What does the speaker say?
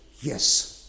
yes